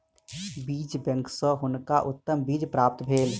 बीज बैंक सॅ हुनका उत्तम बीज प्राप्त भेल